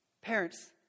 parents